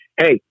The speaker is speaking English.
Hey